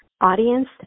audience